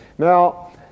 Now